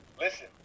listen